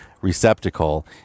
receptacle